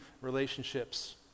relationships